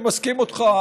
אני מסכים איתך,